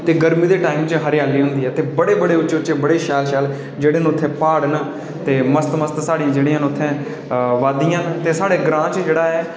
ते गर्मीं दे टाईम च हरियाली होंदी ऐ बड़े उच्चे उच्चे शैल शैल प्हाड़ न ते मस्त मस्त साढे़ उत्थै वादियां न साढे़ ग्रांऽ च